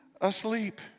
asleep